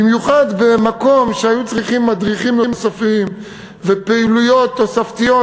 במיוחד במקומות שהיו צריכים מדריכים נוספים ופעילויות תוספתיות.